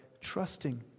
trusting